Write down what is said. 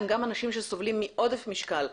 הם גם אנשים שסובלים מעודף משקל,